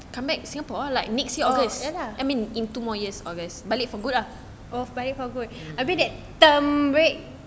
oh ya lah oh balik for good I feel that term break